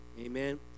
Amen